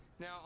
Now